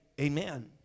Amen